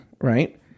right